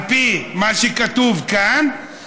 על פי מה שכתוב כאן,